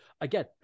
again